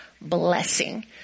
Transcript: blessing